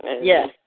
yes